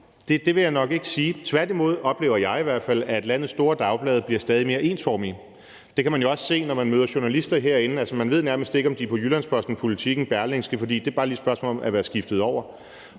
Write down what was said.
orde, vil jeg nok ikke sige. Tværtimod oplever jeg i hvert fald, at landets store dagblade bliver stadig mere ensformige, og det kan man jo også se, når man møder journalister herinde, altså at man nærmest ikke ved, om de er fra Jyllands-Posten, Politiken eller Berlingske, fordi det bare lige er et spørgsmål om at være skiftet over.